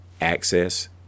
access